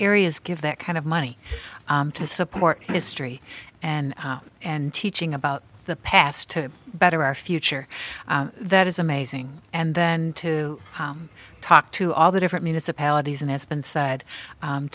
areas give that kind of money to support history and and teaching about the past to better our future that is amazing and then to talk to all the different municipalities and has been said